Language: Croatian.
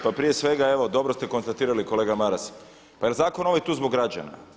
Pa prije svega evo dobro ste konstatirali kolega Maras, pa jel zakon ovaj tu zbog građana?